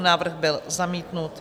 Návrh byl zamítnut.